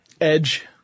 Edge